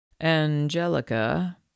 Angelica